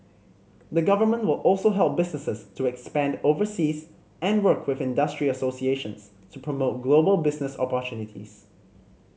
the government will also help businesses to expand overseas and work with industry associations to promote global business opportunities